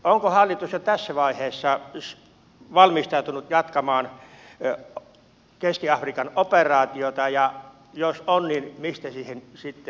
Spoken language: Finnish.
onko hallitus jo tässä vaiheessa valmistautunut jatkamaan keski afrikan operaatiota ja jos on niin mistä siihen sitten rahat